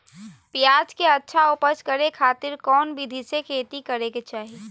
प्याज के अच्छा उपज करे खातिर कौन विधि से खेती करे के चाही?